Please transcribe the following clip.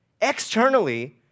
Externally